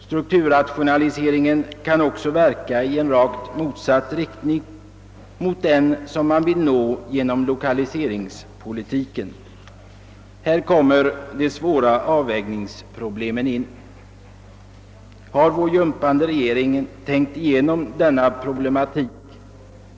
Strukturrationaliseringen kan också verka i rakt motsatt riktning mot den som man syftar till genom lokaliseringspolitiken. Härvidlag uppstår svåra avvägningsproblem. Har vår jumpande regering tänkt igenom denna problematik?